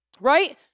Right